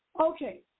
Okay